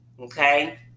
Okay